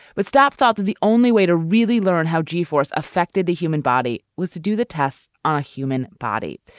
but stop thought that the only way to really learn how g-force affected the human body was to do the tests on a human body.